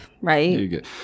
right